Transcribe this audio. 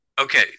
Okay